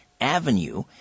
Avenue